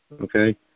okay